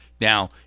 Now